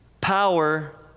power